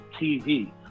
TV